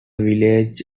village